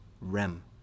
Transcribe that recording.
rem